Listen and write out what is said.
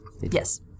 Yes